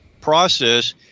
process